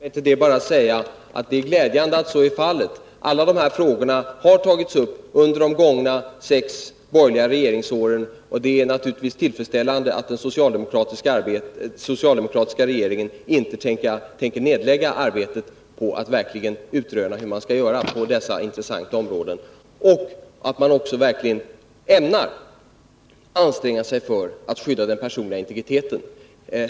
Fru talman! Jag vill till detta bara säga att det är glädjande att så är fallet. Alla dessa frågor har tagits upp under de gångna sex borgerliga regeringsåren, och det är naturligtvis tillfredsställande att den socialdemokratiska regeringen inte tänker lägga ned arbetet på att utröna hur man skall göra på dessa intressanta områden och att man verkligen också ämnar anstränga sig för att skydda den personliga integriteten.